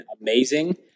amazing